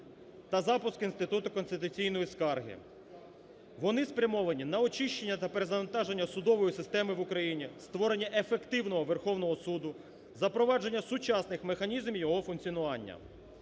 та запуск інституту конституційної скарги. Вони спрямовані на очищення та перезавантаження судової системи в Україні, створення ефективного Верховного Суду, запровадження сучасних механізмів його функціонування.